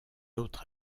autre